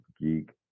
geek